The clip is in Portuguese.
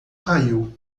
caiu